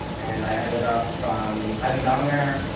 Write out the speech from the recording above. and i ended up heading down there.